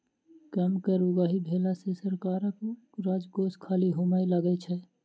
कम कर उगाही भेला सॅ सरकारक राजकोष खाली होमय लगै छै